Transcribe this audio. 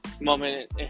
moment